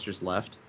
left